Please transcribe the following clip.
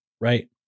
Right